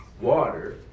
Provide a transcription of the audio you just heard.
water